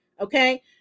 Okay